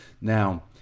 Now